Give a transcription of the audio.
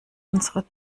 unsere